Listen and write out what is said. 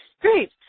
Great